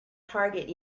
target